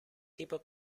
tipo